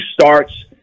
starts